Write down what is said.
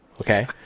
okay